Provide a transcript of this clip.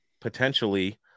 potentially